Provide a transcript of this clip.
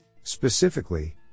Specifically